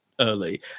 early